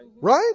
Right